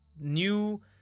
new